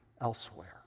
elsewhere